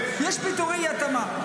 יש פיטורי אי-התאמה.